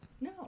No